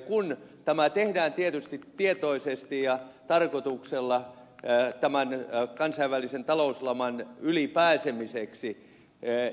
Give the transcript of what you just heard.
kun tämä tehdään tietysti tietoisesti ja tarkoituksella tämän kansainvälisen talouslaman yli pääsemiseksi